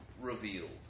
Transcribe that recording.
revealed